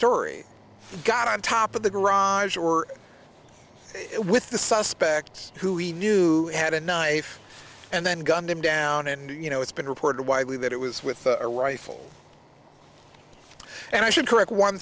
story got on top of the garage or with the suspect who we knew had a knife and then gunned him down and you know it's been reported widely that it was with a rifle and i should correct one